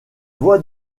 voie